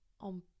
on